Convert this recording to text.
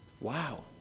Wow